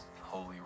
holy